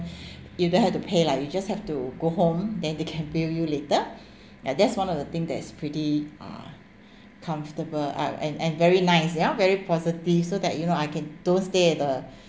you don't have to pay lah you just have to go home then they can bill you later ya that's one of the thing that's pretty uh comfortable uh and and very nice ya very positive so that you know I can don't stay at the